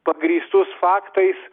pagrįstus faktais